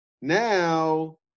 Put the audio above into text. now